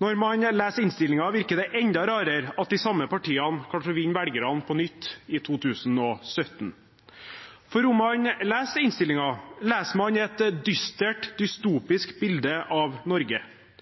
Når man leser innstillingen, virker det enda rarere at de samme partiene vant velgerne på nytt i 2017. For om man leser innstillingen, ser man et dystert, dystopisk bilde av Norge.